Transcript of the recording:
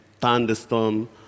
thunderstorm